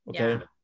Okay